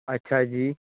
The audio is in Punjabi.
ਅੱਛਾ ਜੀ